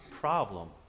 problem